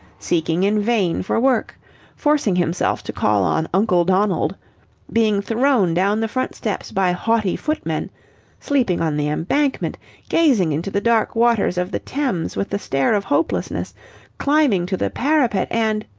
seeking in vain for work forcing himself to call on uncle donald being thrown down the front steps by haughty footmen sleeping on the embankment gazing into the dark waters of the thames with the stare of hopelessness climbing to the parapet and.